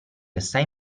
assai